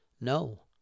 No